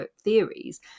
theories